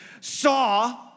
saw